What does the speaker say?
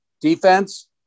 defense